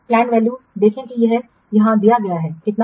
planned value देखें कि यह यहाँ दिया गया है कितना